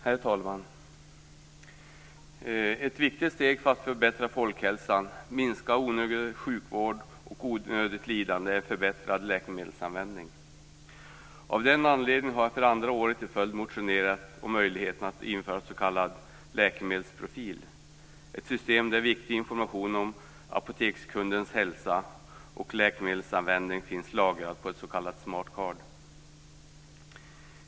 Herr talman! Ett viktigt steg för att förbättra folkhälsan, minska onödig sjukvård och onödigt lidande är en förbättrad läkemedelsanvändning. Av den anledningen har jag för andra året i följd motionerat om möjligheten att införa s.k. läkemedelsprofiler, ett system där viktig information om apotekskundens hälsa och läkemedelsanvändning finns lagrat på ett s.k. smart card.